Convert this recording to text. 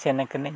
ᱥᱮᱱᱟᱠᱟᱱᱟᱹᱧ